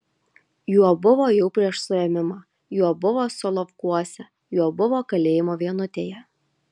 juo buvo jau prieš suėmimą juo buvo solovkuose juo buvo kalėjimo vienutėje